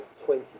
20